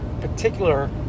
particular